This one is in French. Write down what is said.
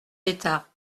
d’état